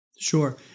Sure